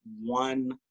one